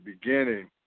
beginning